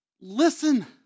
listen